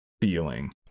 feeling